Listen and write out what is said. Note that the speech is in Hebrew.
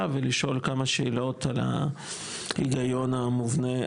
ולשאול כמה שאלות על ההיגיון המובנה.